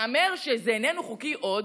בהיאמר שזה איננו חוקי עוד,